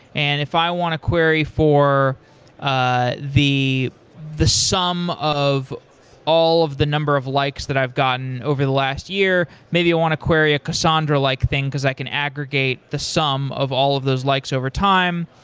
and if i want to query for ah the the sum of all of the number of likes that i've gotten over the last year, maybe you want to query a cassandra-like think because i can aggregate the sum of all of those likes overtime.